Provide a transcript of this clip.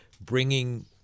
bringing